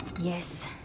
Yes